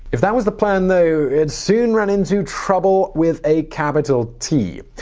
if that was the plan, though, it soon ran into trouble with a capital t.